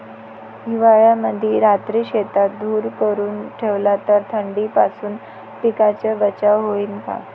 हिवाळ्यामंदी रात्री शेतात धुर करून ठेवला तर थंडीपासून पिकाचा बचाव होईन का?